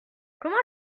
comment